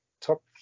Top